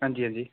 हां जी हां जी